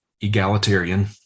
egalitarian